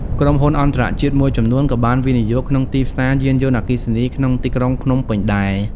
ក្រុមហ៊ុនអន្ដរជាតិមួយចំនួនក៏បានវិនិយោគក្នុងទីផ្សារយានយន្តអគ្គីសនី ក្នុងទីក្រុងភ្នំពេញដែរ។